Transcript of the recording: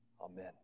Amen